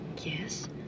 Yes